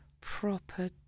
Proper